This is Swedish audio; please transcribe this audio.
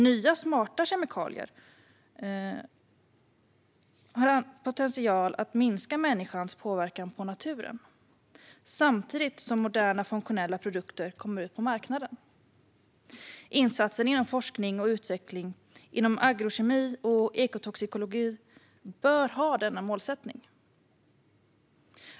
Nya smarta kemikalier har potential att minska människans påverkan på naturen samtidigt som moderna, funktionella produkter kommer ut på marknaden. Insatser inom forskning och utveckling inom agrokemi och ekotoxikologi bör ha denna målsättning.